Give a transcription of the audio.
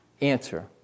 answer